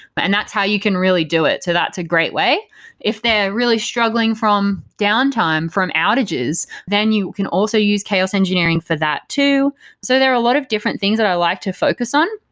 but and that's how you can really do it. that's a great way if they're really struggling from downtime, from outages, then you can also use chaos engineering for that too so there are a lot of different things that i like to focus on.